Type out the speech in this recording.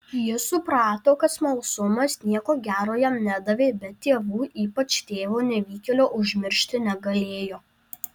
jis suprato kad smalsumas nieko gero jam nedavė bet tėvų ypač tėvo nevykėlio užmiršti negalėjo